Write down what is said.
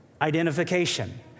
identification